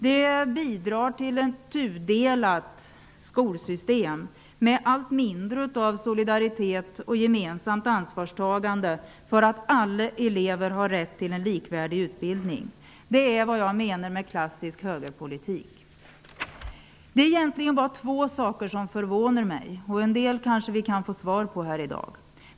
Det bidrar till ett tudelat skolsystem med allt mindre av solidaritet och gemensamt ansvarstagande för alla elevers rätt till en likvärdig utbildning. Det är vad jag menar med klassisk högerpolitik. Det är egentligen bara två saker som förvånar mig, och kanske kan vi få något besked om det här i dag.